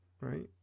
Right